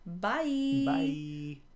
Bye